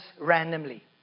randomly